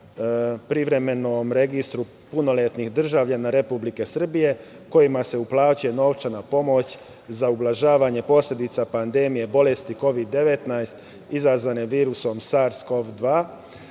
privremenom registru punoletnih državljana Republike Srbije kojima se uplaćuje novčana pomoć za ublažavanje posledica pandemije bolesti Kovid 19 izazvane virusom SARS-CoV-2,